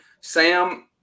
Sam